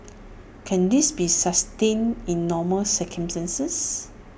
can this be sustained in normal circumstances